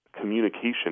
communication